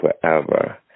forever